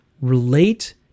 relate